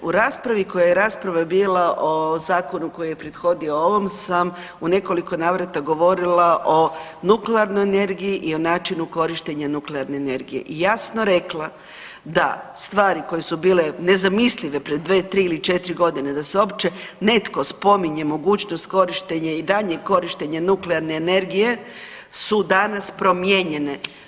U raspravi koja je rasprava bila o zakonu koji je prethodio ovom sam u nekoliko navrata govorila o nuklearnoj energiji i o načinu korištenja nuklearne energije i jasno rekla da stvari koje su bile nezamislive pred 2, 3 ili 4 godine da se uopće netko spominje mogućnost korištenje i daljnje korištenje nuklearne energije su danas promijenjene.